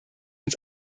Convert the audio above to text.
uns